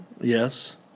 Yes